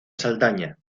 saldaña